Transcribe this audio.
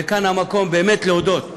וכאן המקום באמת להודות,